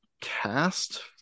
cast